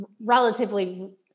relatively